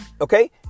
Okay